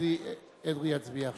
ואדרי יצביע עכשיו.